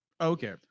Okay